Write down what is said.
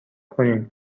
کنین